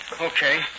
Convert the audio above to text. Okay